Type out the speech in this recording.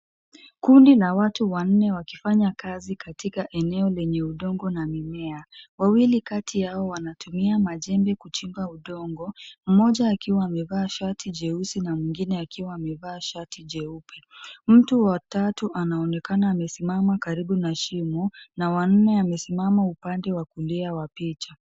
Kunda la watu wanne wakifanya kazi katika eneo lenye udongo na mimea. Wawili kati yao wanatumia majembe kuchimba udongo, moja akiwa amevaa shati jeusi na mwengine amevaa shati jeupe. Mtu wa tatu anaonekana amesimama karibu na shimo na wanne amesimama upande wa kulia wa picha.